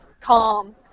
calm